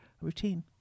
routine